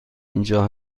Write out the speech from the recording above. اینجا